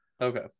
okay